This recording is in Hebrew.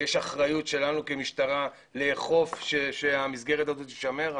ויש אחריות שלנו כמשטרה לאכוף, שהמסגרת הזו תישמר.